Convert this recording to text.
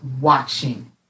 watching